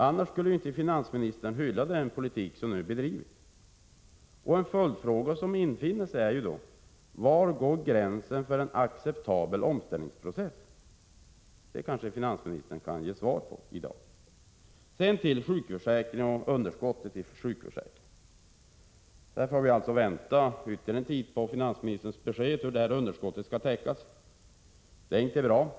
Annars skulle inte finansministern hylla den politik som bedrivits. En följdfråga som infinner sig är då: Var går gränsen för en oacceptabel omställningsprocess? Det kanske finansministern kan ge svar på i dag. Sedan till sjukförsäkringen och underskottet i sjukförsäkringen. Vi får alltså vänta ytterligare en tid på finansministerns besked om hur underskottet skall täckas. Det är inte bra.